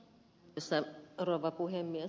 arvoisa rouva puhemies